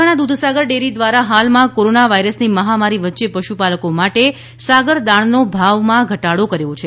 Mehsana Dudhsagar dairy દ્વારા હાલમાં corona વાયરસની મહામારી વચ્ચે પશુપાલકો માટે સાગરદાણનો ભાવમાં ઘટાડો કર્યો છે